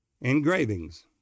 engravings